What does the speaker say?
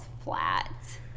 flat